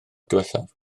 diwethaf